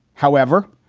however,